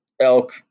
elk